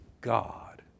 God